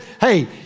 hey